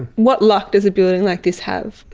what luck does a building like this have?